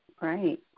Right